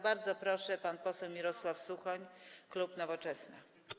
Bardzo proszę, pan poseł Mirosław Suchoń, klub Nowoczesna.